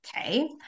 okay